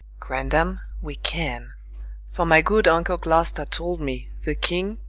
grandam, we can for my good uncle gloster told me, the king,